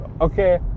okay